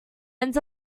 hens